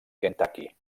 kentucky